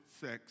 sex